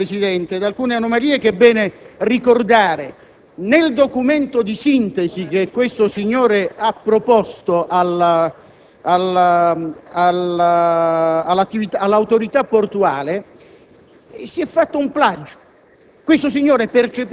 anche da alcune anomalie, signor Presidente, che è bene ricordare. Nel documento di sintesi che questo signore ha proposto all'Autorità portuale